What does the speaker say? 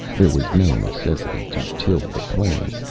there was no necessity to till the plain,